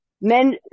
men